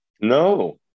No